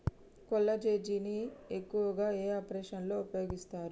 కొల్లాజెజేని ను ఎక్కువగా ఏ ఆపరేషన్లలో ఉపయోగిస్తారు?